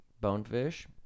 Bonefish